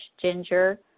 ginger